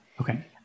Okay